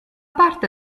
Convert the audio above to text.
parte